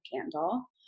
candle